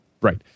Right